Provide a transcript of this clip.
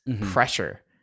pressure